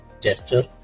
gesture